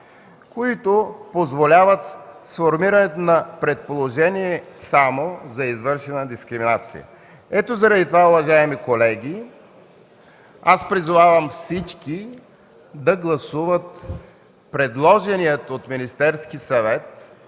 които позволяват сформирането на само предположение за извършена дискриминация. Ето заради това, уважаеми колеги, призовавам всички да гласуват предложения от Министерския съвет